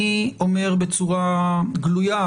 אני אומר בצורה גלויה,